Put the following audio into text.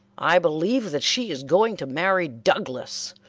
i believe that she is going to marry douglas.